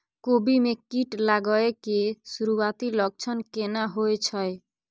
कोबी में कीट लागय के सुरूआती लक्षण केना होय छै